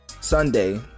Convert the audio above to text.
Sunday